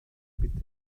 bitte